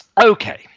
okay